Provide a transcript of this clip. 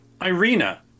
Irina